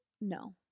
no